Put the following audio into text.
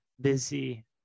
busy